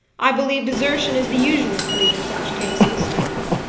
i believe desertion is the usual plea in such cases.